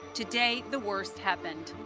today, the worst happened.